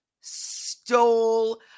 stole